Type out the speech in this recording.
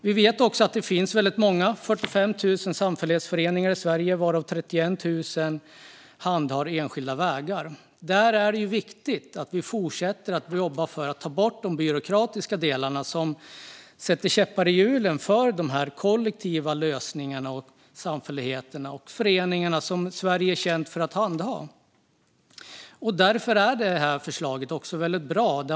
Vi vet också att det finns väldigt många samfällighetsföreningar i Sverige, 45 000, varav 31 000 handhar enskilda vägar. Där är det viktigt att vi fortsätter att jobba för att ta bort de byråkratiska delar som sätter käppar i hjulen för de kollektiva lösningarna, samfälligheterna och föreningarna som Sverige är känt för. Därför är det här förslaget också väldigt bra.